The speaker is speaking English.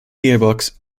gearbox